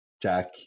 Jack